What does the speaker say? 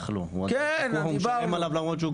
בורח לו, הוא משלם עליו למרות שהוא בורח לו.